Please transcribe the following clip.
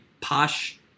posh